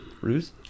Ruse